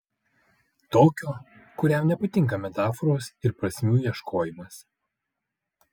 tokio kuriam nepatinka metaforos ir prasmių ieškojimas